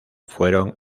fueron